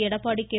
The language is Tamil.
எடப்பாடி கே